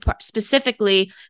specifically